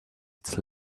its